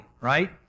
Right